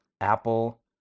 Apple